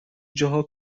جاها